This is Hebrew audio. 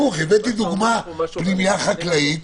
הבאתי דוגמה פנימייה חקלאית,